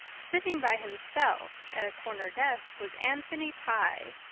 sitting by himself at a corner desk was anthony pye.